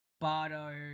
Bardo